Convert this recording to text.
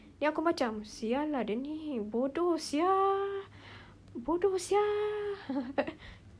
then aku macam [sial] lah dia ni bodoh [sial] bodoh [sial]